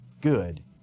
good